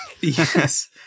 Yes